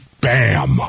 bam